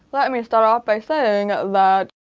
let me start off by saying that.